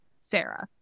sarah